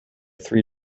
three